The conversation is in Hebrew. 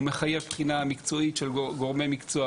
הוא מחייב בחינה מקצועית של גורמי מקצוע,